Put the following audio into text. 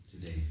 today